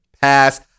pass